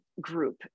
group